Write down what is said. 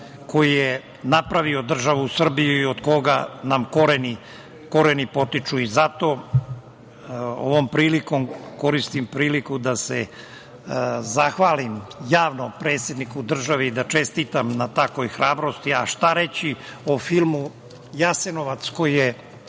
koji je napravio državu Srbiju i od koga nam koreni potiču. Zato, koristim priliku da se zahvalim javno predsedniku države i da čestitam na takvoj hrabrosti. Šta reći o filmu „Dara iz Jasenovca“, koji je